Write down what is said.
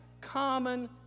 common